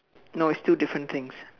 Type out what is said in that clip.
no it's two different things